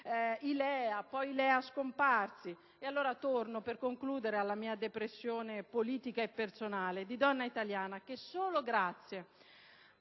e i LEA (poi scomparsi). E allora torno, per concludere, alla mia depressione politica e personale di donna italiana che, solo grazie